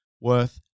worth